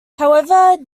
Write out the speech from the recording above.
however